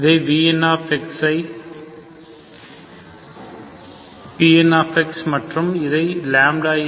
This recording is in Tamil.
இதை Vn ஐ Pn மற்றும் இதை λ n